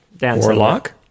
Warlock